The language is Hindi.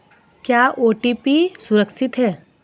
क्या ओ.टी.पी सुरक्षित है?